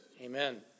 amen